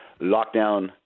lockdown